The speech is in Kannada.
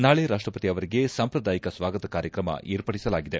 ನಾಳೆ ರಾಷ್ಟಪತಿ ಅವರಿಗೆ ಸಾಂಪ್ರದಾಯಿಕ ಸ್ವಾಗತ ಕಾರ್ಯಕ್ರಮ ಏರ್ಪಡಿಸಲಾಗಿದೆ